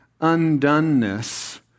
undoneness